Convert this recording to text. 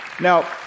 Now